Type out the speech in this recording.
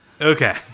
Okay